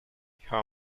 her